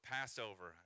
Passover